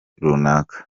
runaka